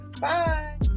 Bye